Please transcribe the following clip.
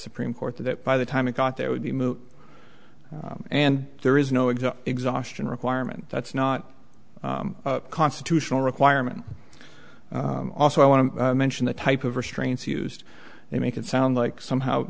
supreme court that by the time it got there would be moot and there is no it to exhaustion requirement that's not constitutional requirement also i want to mention the type of restraints used they make it sound like somehow